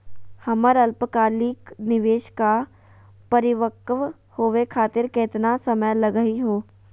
हमर अल्पकालिक निवेस क परिपक्व होवे खातिर केतना समय लगही हो?